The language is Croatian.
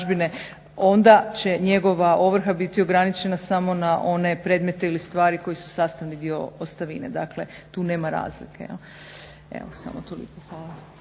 onda će njegova ovrha biti ograničena samo na one predmete ili stvari koje su sastavni dio ostavine. Dakle tu nema razlike. Evo samo toliko.